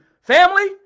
family